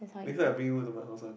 next time I bring you to my house one